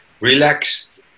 relaxed